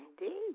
Indeed